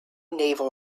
naval